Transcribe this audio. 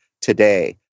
today